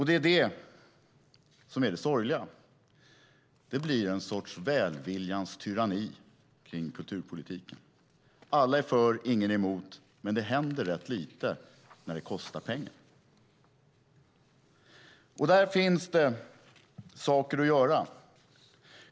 Det är det som är det sorgliga. Det blir en sorts välviljans tyranni kring kulturpolitiken. Alla är för, ingen är emot, men det händer rätt lite när det kostar pengar. Där finns det saker att göra.